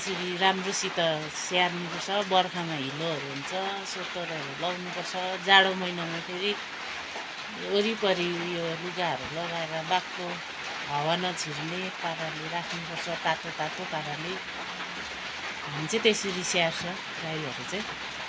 त्यसरी राम्रोसित स्याहार्नुपर्छ बर्खामा हिलोहरू हुन्छ सोत्तरहरू लाउनुपर्छ जाड़ो महिनामा फेरि वरिपरी उयो लुगाहरू लगाएर बाक्लो हावा नछिर्ने पाराले राख्नुपर्छ तातो तातो पाराले हामी चाहिँ त्यसरी स्याहार्छ गाईहरू चाहिँ